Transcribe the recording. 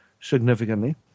significantly